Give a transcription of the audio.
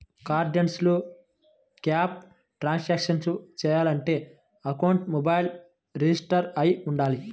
cardless cash transactions చెయ్యాలంటే అకౌంట్కి mobile register అయ్యి వుండాలి